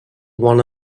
one